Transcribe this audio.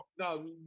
No